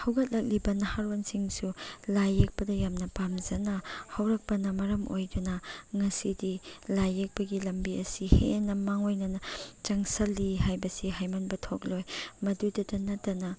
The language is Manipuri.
ꯍꯧꯒꯠꯂꯛꯂꯤꯕ ꯅꯍꯥꯔꯣꯜꯁꯤꯡꯁꯨ ꯂꯥꯏ ꯌꯦꯛꯄꯗ ꯌꯥꯝꯅ ꯄꯥꯝꯖꯅ ꯍꯧꯔꯛꯄꯅ ꯃꯔꯝ ꯑꯣꯏꯗꯨꯅ ꯉꯁꯤꯗꯤ ꯂꯥꯏ ꯌꯦꯛꯄꯒꯤ ꯂꯝꯕꯤ ꯑꯁꯤ ꯍꯦꯟꯅ ꯃꯥꯡꯑꯣꯏꯅꯅ ꯆꯪꯁꯤꯜꯂꯤ ꯍꯥꯏꯕꯁꯤ ꯍꯥꯏꯃꯟꯕ ꯊꯣꯛꯂꯣꯏ ꯃꯗꯨꯗꯇ ꯅꯠꯇꯅ